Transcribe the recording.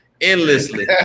Endlessly